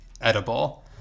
edible